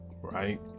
right